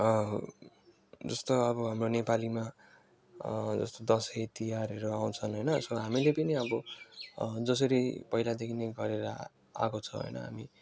जस्तो अब हाम्रो नेपालीमा जस्तो दसैँ तिहारहरू आउँछन् होइन सो हामीले पनि अब जसरी पहिलादेखि नै गरेर आएको छ होइन हामी